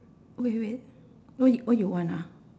wait wait wh~ what you want ah